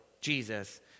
Jesus